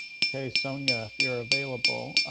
okay, so yeah if you're available.